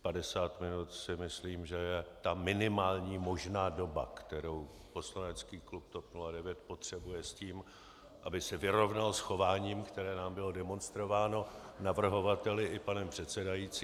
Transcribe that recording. Padesát minut si myslím, že je ta minimální možná doba, kterou poslanecký klub TOP 09 potřebuje k tomu, aby se vyrovnal s chováním, které nám bylo demonstrováno navrhovateli i panem předsedajícím.